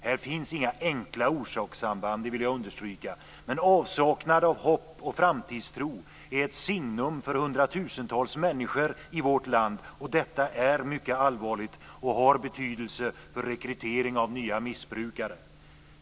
Här finns inga enkla orsakssamband, det vill jag understryka, men avsaknad av hopp och framtidstro är ett signum för hundratusentals människor i vårt land, och detta är mycket allvarligt och har betydelse för rekrytering av nya missbrukare.